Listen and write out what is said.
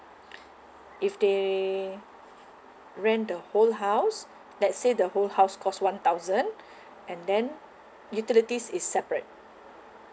if they rent the whole house let's say the whole house cost one thousand and then utilities is separate